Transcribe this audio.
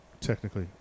technically